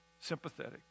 Sympathetic